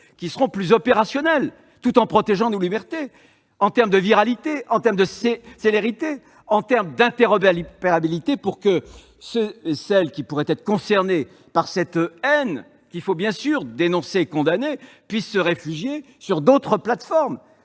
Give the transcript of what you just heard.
dispositifs plus opérationnels, tout en protégeant nos libertés en termes de viralité, de célérité et d'interopérabilité pour que ceux et celles qui pourraient être concernés par cette haine- il faut bien sûr la dénoncer et la condamner -puissent se réfugier sur d'autres plateformes.